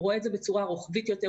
הוא רואה את זה בצורה רוחבית יותר,